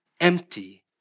empty